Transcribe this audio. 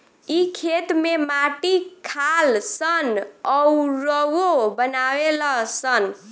इ खेत में माटी खालऽ सन अउरऊ बनावे लऽ सन